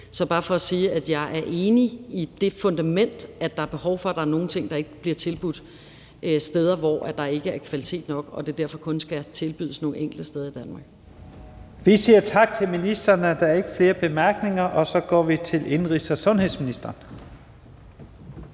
er bare for at sige, at jeg er enig i det fundament, at der er behov for, at der er nogle ting, der ikke bliver tilbudt på steder, hvor der ikke er kvalitet nok, og som derfor kun skal tilbydes nogle enkelte steder i Danmark. Kl. 10:32 Første næstformand (Leif Lahn Jensen): Vi siger tak til ministeren. Der er ikke flere korte bemærkninger, og så går vi til indenrigs- og sundhedsministeren.